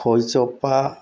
ꯈꯣꯏ ꯆꯣꯞꯄ